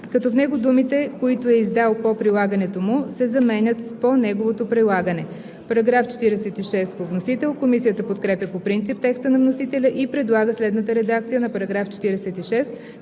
като в него думите „които е издал по прилагането му“ се заменят с „по неговото прилагане“. Комисията подкрепя по принцип текста на вносителя и предлага следната редакция на § 46,